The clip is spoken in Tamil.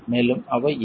மேலும் அவை என்ன